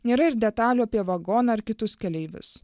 nėra ir detalių apie vagoną ar kitus keleivius